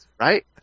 Right